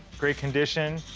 great condition,